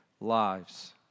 lives